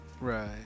right